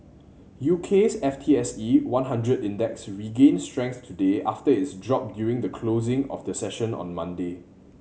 U K's F T S E one hundred Index regained strength today after its drop during the closing of the session on Monday